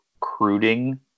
recruiting